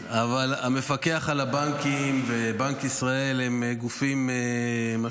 אבל המפקח על הבנקים ובנק ישראל הם גופים --- עצמאיים.